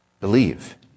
believe